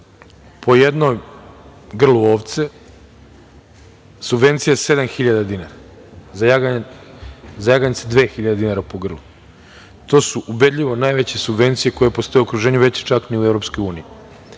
po jednom grlu ovce subvencija je 7.000 dinara, za jaganjce je 2.000 dinara po grlu. To su ubedljivo najveće subvencije koje postoje u okruženju, veće čak ni u EU.